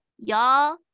Y'all